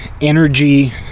energy